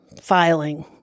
filing